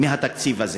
בתקציב הזה.